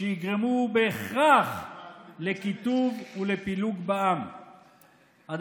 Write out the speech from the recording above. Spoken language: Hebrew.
שיגרמו בהכרח לקיטוב ולפילוג בעם, ב.